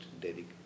dedicate